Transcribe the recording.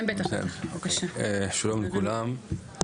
שלום לכולם,